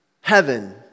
heaven